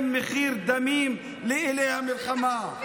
עד מתי נשלם מחיר דמים לאלי המלחמה?